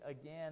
again